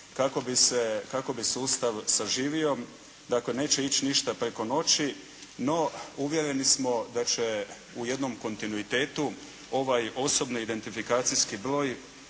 kako bi sustav saživio. Dakle neće ići ništa preko noći, no uvjereni smo da će u jednom kontinuitetu ovaj osobni identifikacijski broj